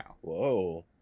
Whoa